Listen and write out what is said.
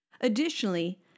Additionally